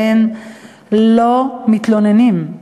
לא מתלוננים.